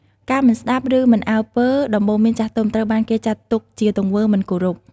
ការមិនស្ដាប់ឬមិនអើពើដំបូន្មានចាស់ទុំ ត្រូវបានគេចាត់ទុកជាទង្វើមិនគោរព។